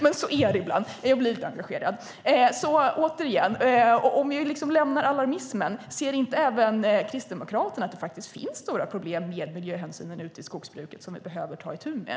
Men så är det ibland. Jag blir engagerad. Vi lämnar alarmismen. Ser inte även Kristdemokraterna att det faktiskt finns stora problem med miljöhänsynen ute i skogsbruket som vi behöver ta itu med?